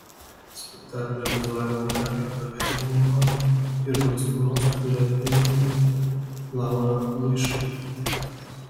spektaklio vizualinį apipavidalinimą ir kostiumus kuria dailininkė laura luišaitytė